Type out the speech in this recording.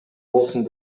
болсун